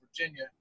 Virginia